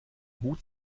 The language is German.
hut